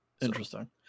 Interesting